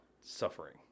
suffering